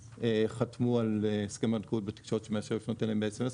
חתמו על הסכם בנקאות בתקשורת שמאפשר לפנות אליהם ב-SMS.